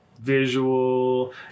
Visual